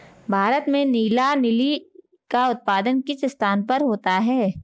भारत में नीला लिली का उत्पादन किस स्थान पर होता है?